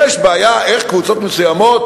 יש בעיה איך קבוצות מסוימות